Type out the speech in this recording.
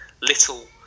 little